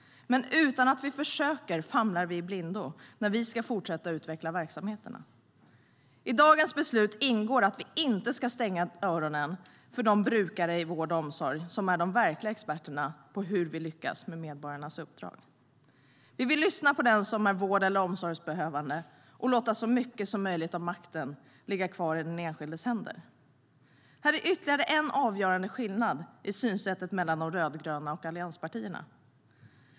Men om vi inte försöker famlar vi i blindo när vi ska fortsätta utveckla verksamheterna. Här är ytterligare en avgörande skillnad i synsätt mellan de rödgröna och allianspartierna.